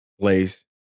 place